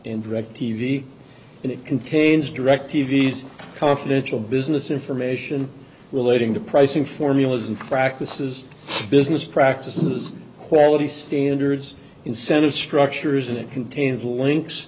and direct t v and it contains direct t v confidential business information relating to pricing formulas and practices business practices quality standards incentive structures and it contains links